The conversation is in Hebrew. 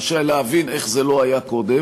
קשה היה להבין איך זה לא היה קודם.